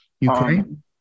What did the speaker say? Ukraine